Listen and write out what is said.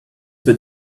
put